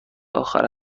آخر